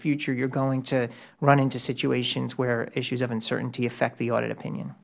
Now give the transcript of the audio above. future you are going to run into situations where issues of uncertainty affect the audit opinion